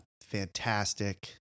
fantastic